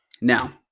Now